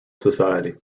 society